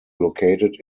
located